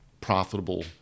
profitable